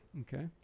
Okay